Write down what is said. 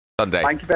Sunday